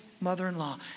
mother-in-law